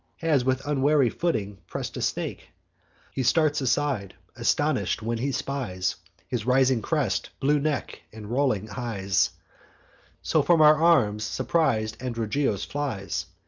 has with unwary footing press'd a snake he starts aside, astonish'd, when he spies his rising crest, blue neck, and rolling eyes so from our arms surpris'd androgeos flies.